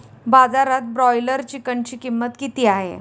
बाजारात ब्रॉयलर चिकनची किंमत किती आहे?